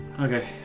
Okay